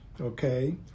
Okay